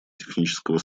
технического